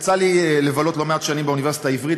יצא לי לבלות לא מעט שנים באוניברסיטה העברית,